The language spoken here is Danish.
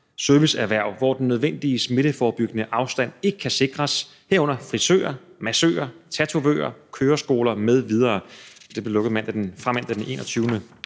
serviceerhverv, hvor den nødvendige smitteforebyggende afstand ikke kan sikres, herunder frisører, massører, tatovører, køreskoler m.v. De blev lukket fra mandag den 21.